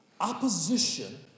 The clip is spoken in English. opposition